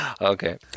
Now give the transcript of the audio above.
Okay